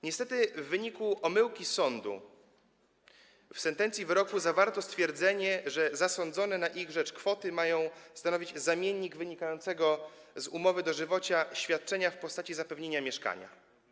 Niestety w wyniku omyłki sądu w sentencji wyroku zawarto stwierdzenie, że zasądzone na ich rzecz kwoty mają stanowić zamiennik wynikającego z umowy dożywocia świadczenia w postaci zapewnienia mieszkania.